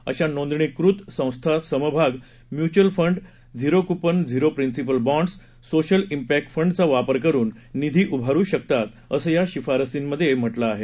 अशा नोंदणीकृत संस्था समभाग mutual fund zero coupon zero principal bonds social इम्पस्ति फंडचा वापर करून निधी उभारू शकतात असं या शिफारशींमधे म्हटलं आहे